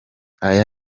aya